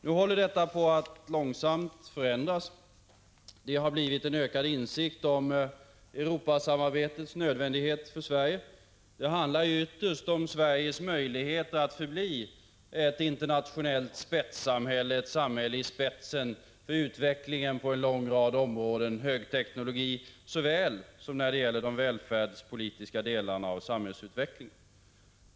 Nu håller detta långsamt på att förändras. Det har vuxit fram en ökad insikt om Europasamarbetets nödvändighet för Sverige. Det handlar ju ytterst om Sveriges möjlighet att förbli ett internationellt spetssamhälle, ett Prot. 1985/86:140 samhälle i spetsen för utvecklingen på en lång rad områden — såväl när det gäller högteknologi som när det gäller de välfärdspolitiska delarna av samhällsutvecklingen.